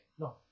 No